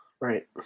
right